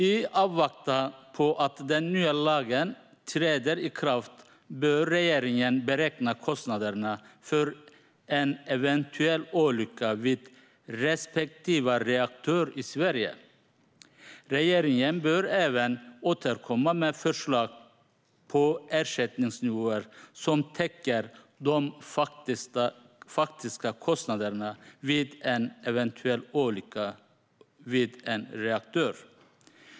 I avvaktan på att den nya lagen träder i kraft bör regeringen beräkna kostnaderna för en eventuell olycka vid respektive reaktor i Sverige. Regeringen bör även återkomma med förslag på ersättningsnivåer som täcker de faktiska kostnaderna vid en eventuell olycka vid en reaktor.